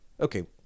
Okay